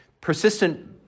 persistent